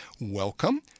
Welcome